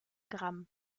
gramm